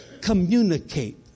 communicate